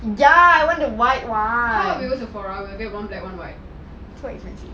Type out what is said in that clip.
we go to sephora get one black one white